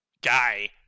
guy